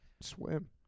swim